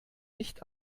nicht